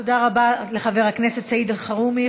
תודה רבה לחבר הכנסת סעיד אלחרומי.